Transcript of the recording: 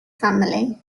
family